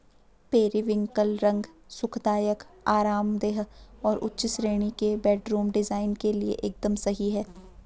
periwinkle रंग सुखदायक, आरामदेह और उच्च श्रेणी के बेडरूम डिजाइन के लिए एकदम सही है